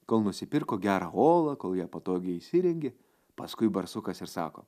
kol nusipirko gerą olą kol ją patogiai įsirengė paskui barsukas ir sako